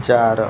चार